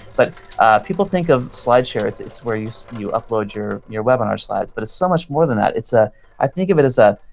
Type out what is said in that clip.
but people think of slideshare it's it's where you so you upload your your webinar slides. but it's so much more than that. i ah i think of it as a